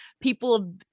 people